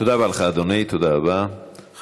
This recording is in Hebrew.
תודה רבה לך, אדוני.